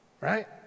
right